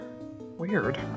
Weird